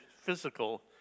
physical